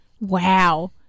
Wow